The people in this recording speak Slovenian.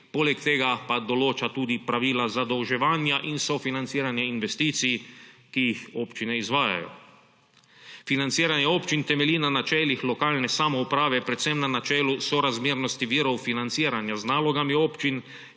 poleg tega pa določa tudi pravila zadolževanja in sofinanciranja investicij, ki jih občine izvajajo. Financiranje občin temelji na načelih lokalne samouprave, predvsem na načelu sorazmernosti virov financiranja z nalogami občin